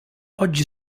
oggi